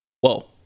Whoa